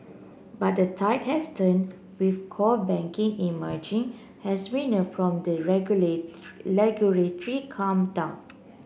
but the tide has turned with core banking emerging as winner from the regular regulatory clampdown